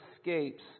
escapes